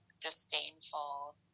disdainful